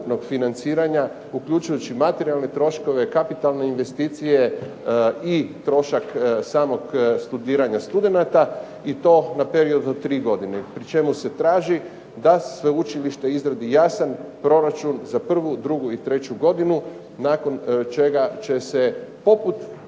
uključujući materijalne troškove, kapitalne investicije i trošak samog studiranja studenata i to na period od 3 godine, pri čemu se traži da sveučilište izradi jasan proračun za 1., 2. i 3. godinu nakon čega će se poput državnog